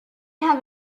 have